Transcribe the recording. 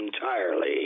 entirely